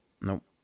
Nope